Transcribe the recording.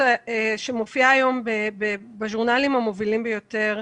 שמופיעה היום בז'ורנלים המובילים ביותר,